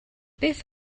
beth